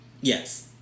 yes